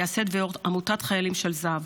מייסד ויו"ר עמותת חיילים של זהב,